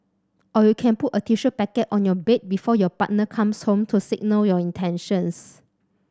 or you can put a tissue packet on your bed before your partner comes home to signal your intentions